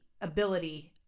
ability